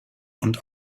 und